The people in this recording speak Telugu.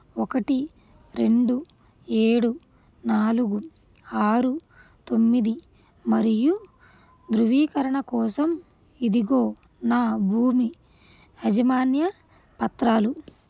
ఒకటి రెండు ఏడు నాలుగు ఆరు తొమ్మిది మరియు ధ్రువీకరణ కోసం ఇదిగో నా భూమి యజమాన్య పత్రాలు